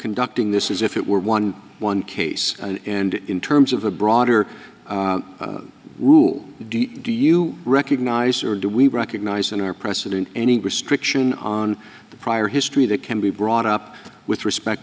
conducting this is if it were one one case and in terms of a broader rule do you recognize or do we recognize in our precedent any restriction on the prior history that can be brought up with respect